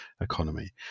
economy